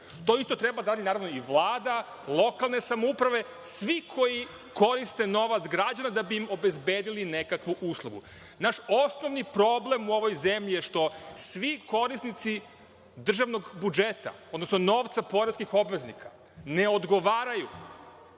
To isto treba da radi naravno i Vlada, lokalne samouprave, svi koji koriste novac građana da bi im obezbedili nekakvu uslugu. Naš osnovni problem u ovoj zemlji je što svi korisnici državnog budžeta, odnosno novca poreskih obveznika, ne odgovaraju,